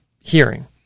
hearing